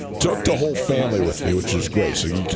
took the whole family with the witch's grace and two,